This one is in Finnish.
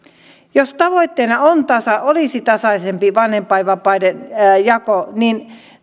jos tavoitteena olisi tasaisempi vanhempainvapaiden jako niin